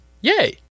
Yay